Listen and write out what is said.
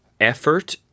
effort